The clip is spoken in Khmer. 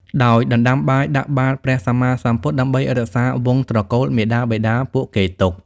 ដោយដណ្ដាំបាយដាក់បាត្រព្រះសម្មាសម្ពុទ្ធ ដើម្បីរក្សាវង្សត្រកូលមាតាបិតាពួកគេទុក។